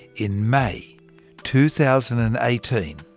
in may two thousand and eighteen,